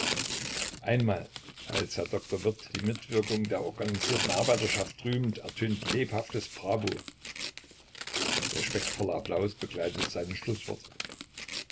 einmal als herr dr wirth die mitwirkung der organisierten arbeiterschaft rühmt ertönt lebhaftes bravo respektvoller applaus begleitet seine schlußworte